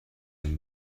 him